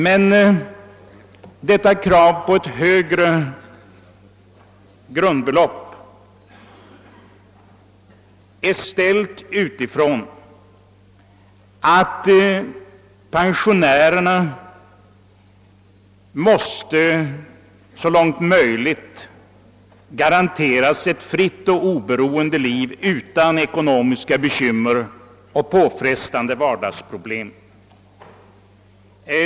Men detta krav på ett högre grundbelopp är framställt utifrån önskemålet att pensionärerna så långt som möjligt bör garanteras ett fritt och oberoende liv utan ekonomiska bekymmer och påfrestande vardagsproblem.